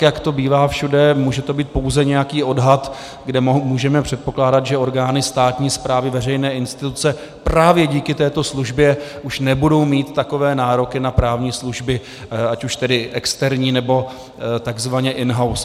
Jak to bývá všude, může to být pouze nějaký odhad, kde můžeme předpokládat, že orgány státní správy, veřejné instituce právě díky této službě už nebudou mít takové nároky na právní služby, ať už tedy externí, nebo takzvaně in house.